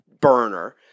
burner